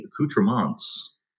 accoutrements